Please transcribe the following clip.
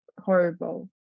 horrible